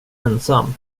ensam